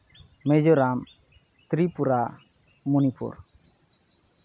Mizoram Tripura Manipur